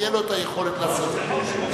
שתהיה לו היכולת לעשות את זה.